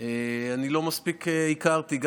שלא מספיק הכרתי,